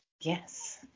Yes